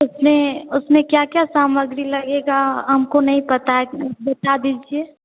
उसमें उसमें क्या क्या सामग्री लगेगा हमको नही पता हे बता दीजिए